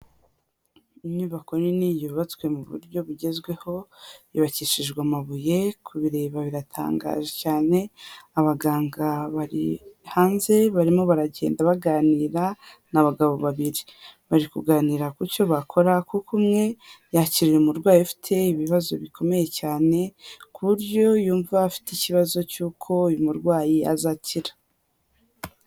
Inyubako nini yubatswe mu buryo bugezweho, yubakishijwe amabuye, kubireba biratangaje cyane, abaganga bari hanze barimo baragenda baganira, ni abagabo babiri, bari kuganira ku cyo bakora kuko umwe yakiriye umurwayi ifite ibibazo bikomeye cyane ku buryo yumva afite ikibazo cy'uko uyu murwayi azakira.